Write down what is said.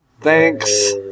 Thanks